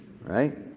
Right